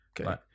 Okay